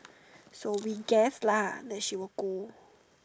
so we guess lah that she will go